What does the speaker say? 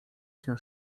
się